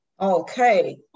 Okay